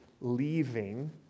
leaving